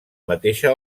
mateixa